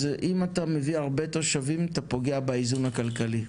אז אם אתה מביא הרבה תושבים אתה פוגע באיזון הכלכלי.